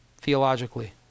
Theologically